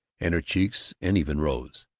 and her cheeks an even rose.